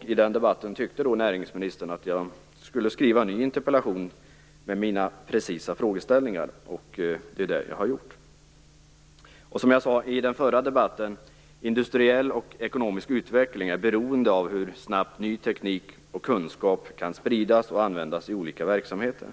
I den debatten tyckte näringsministern att jag skulle skriva en ny interpellation med mina precisa frågeställningar. Det är det jag har gjort. I den förra debatten sade jag att industriell och ekonomisk utveckling är beroende av hur snabbt ny teknik och kunskap kan spridas och användas i olika verksamheter.